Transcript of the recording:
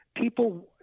people